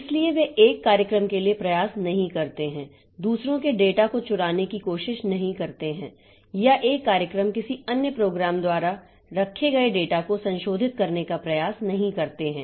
इसलिए वे एक कार्यक्रम के लिए प्रयास नहीं करते हैं दूसरों के डेटा को चुराने की कोशिश नहीं करते हैं या एक कार्यक्रम किसी अन्य प्रोग्राम द्वारा रखे गए डेटा को संशोधित करने का प्रयास नहीं करते हैं